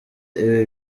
ibi